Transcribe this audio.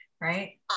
Right